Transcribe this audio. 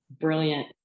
Brilliant